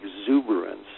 exuberance